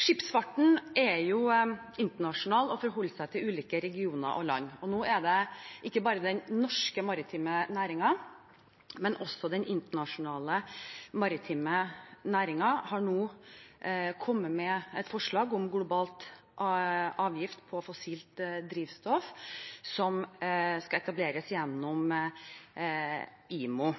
Skipsfarten er internasjonal og forholder seg til ulike regioner og land. Nå har ikke bare den norske, men også den internasjonale maritime næringen kommet med et forslag om en global avgift på fossilt drivstoff, som skal etableres gjennom IMO.